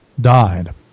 died